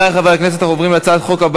אין מתנגדים, אין נמנעים.